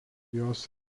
jos